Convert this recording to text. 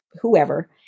whoever